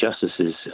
justices